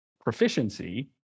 proficiency